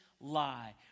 lie